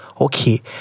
Okay